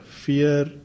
fear